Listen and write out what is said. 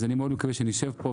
אז אני מאוד מקווה שנשב פה,